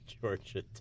Georgia